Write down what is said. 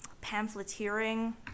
pamphleteering